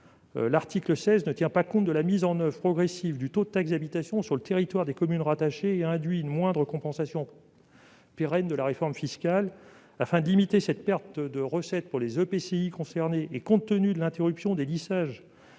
l'article 16 ne tient pas compte de la mise en oeuvre progressive du taux de taxe d'habitation sur le territoire des communes rattachées et induit une moindre compensation pérenne de la réforme fiscale. Afin de limiter cette perte de recettes pour les EPCI concernés, et compte tenu de l'interruption des lissages